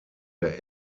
der